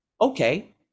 Okay